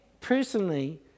personally